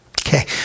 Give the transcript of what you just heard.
Okay